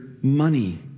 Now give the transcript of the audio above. money